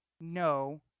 no